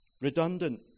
Redundant